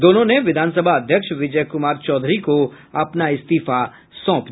दोनों ने विधानसभा अध्यक्ष विजय कुमार चौधरी को अपना इस्तीफा सौंपा